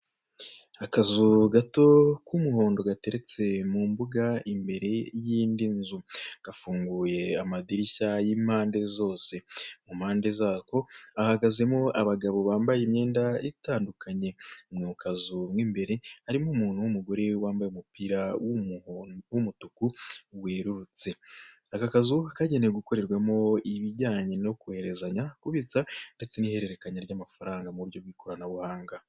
Akazu gato k'umuhondo gateretse mu mbuga imbere y'indi nzu gafunguye amadirishya y'impande zose. Mu mpande zako hahagaze abagabo bambaye imyenda itandukanye, Ako kazu mu imbere harimo umuntu w'umugore wambaye umupira w'umutuku werurutse. Aka kazu kagenewe gukorerwamo ibijyanye no koherezanya, kubitsa ndetse n'ihererekanya rya mafaranga muburyo bw'ikoranabuhanga.